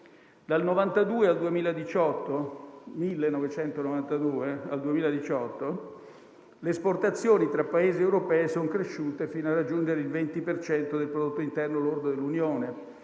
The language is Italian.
Dal 1992 al 2018 le esportazioni tra Paesi europei sono cresciute fino a raggiungere il 20 per cento del prodotto interno lordo dell'Unione,